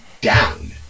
down